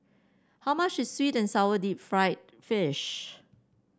how much is sweet and sour Deep Fried Fish